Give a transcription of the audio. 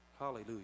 Hallelujah